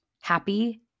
Happy